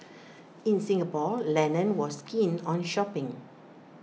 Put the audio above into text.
in Singapore Lennon was keen on shopping